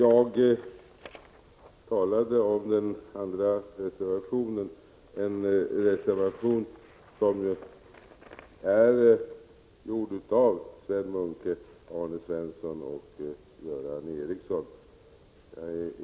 Herr talman! Jag talade om den reservation som är avgiven av Sven Munke, Arne Svensson och Göran Ericsson.